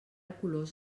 colors